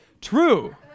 True